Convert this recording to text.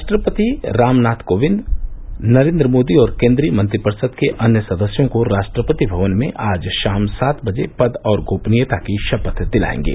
राष्ट्रपति रामनाथ कोविंद नरेन्द्र मोदी और केंद्रीय मंत्रिपरिषद के अन्य सदस्यों को राष्ट्रपति भवन में आज शाम सात बजे पद और गोपनीयता की शपथ दिलाएंगे